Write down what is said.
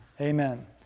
Amen